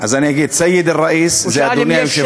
אז אני אגיד: "סייד אל-ראיס" זה "אדוני היושב-ראש".